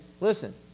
listen